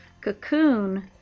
cocoon